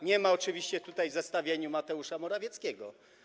Nie ma oczywiście tutaj w zestawieniu Mateusza Morawieckiego.